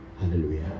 Hallelujah